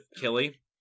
Killy